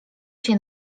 się